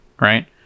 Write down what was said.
Right